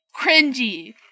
cringy